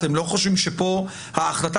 אתם לא חושבים שכאן ההחלטה?